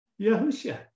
Yahushua